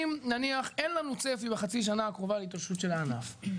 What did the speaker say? אם נניח אין לנו צפי בחצי השנה הקרובה להתאוששות של הענף,